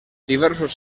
diversos